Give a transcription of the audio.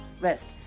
rest